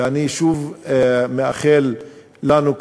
ואני שוב מאחל לנו,